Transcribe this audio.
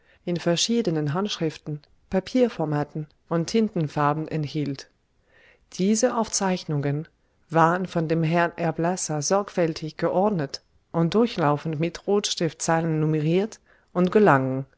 in verschiedenen handschriften papierformaten und tintenfarben enthielt diese aufzeichnungen waren von dem herrn erblasser sorgfältig geordnet und durchlaufend mit rotstiftzahlen numeriert und gelangen